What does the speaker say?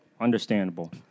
understandable